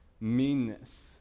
meanness